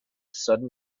sudden